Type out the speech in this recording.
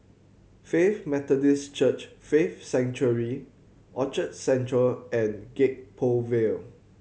Faith Methodist Church Faith Sanctuary Orchard Central and Gek Poh Ville